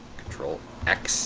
control x